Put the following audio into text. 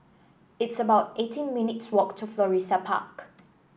it's about eighteen minutes walk to Florissa Park